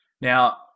Now